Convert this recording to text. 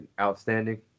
outstanding